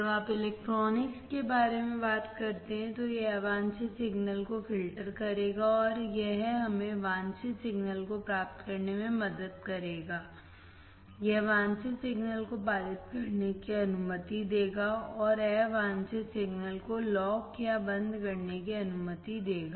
जब आप इलेक्ट्रॉनिक्स के बारे में बात करते हैं तो यह अवांछित सिग्नल को फ़िल्टर करेगा और यह हमें वांछित सिग्नल को प्राप्त करने में मदद करेगा यह वांछित सिग्नल को पारित करने की अनुमति देगा और अवांछित सिग्नल को लॉक या बंद करने की अनुमति देगा